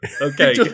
Okay